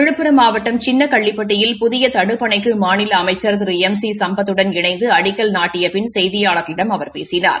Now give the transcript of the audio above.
விழுப்புரம் மாவட்டம் சின்னகள்ளிப்பட்டியில் புதிய தடுப்பணைக்கு மாநில அமைச்ச் திரு எம் சி சம்பத்தடன் இணைந்து அடிக்கல் நாட்டிய பின் செய்தியாளர்களிடம் அவர் பேசினார்